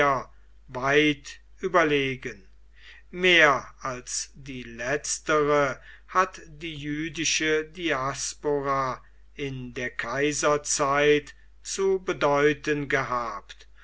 weit überlegen mehr als die letztere hat die jüdische diaspora in der kaiserzeit zu bedeuten gehabt